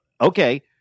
Okay